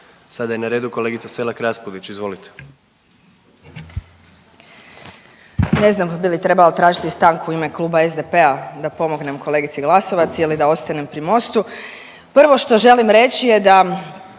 **Selak Raspudić, Marija (Nezavisni)** Ne znam bi li trebala tražiti stanku u ime kluba SDP-a da pomognem kolegici Glasovac ili da ostanem pri Mostu. Prvo što želim reći je da